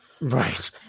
Right